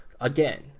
again